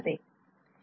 F1 B